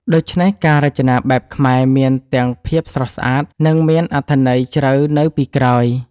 ដូច្នេះការរចនាបែបខ្មែរមានទាំងភាពស្រស់ស្អាត និងមានអត្ថន័យជ្រៅនៅពីក្រោយ។